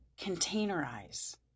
containerize